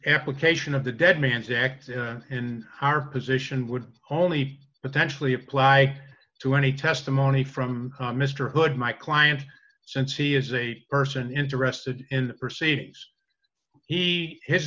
application of the dead man's act and our position would only potentially apply to any testimony from mr hood my client since he is a person interested in perceives he h